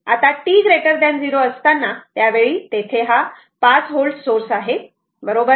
आता t 0 असताना त्या वेळी तेथे हा 5 व्होल्ट सोर्स आहे बरोबर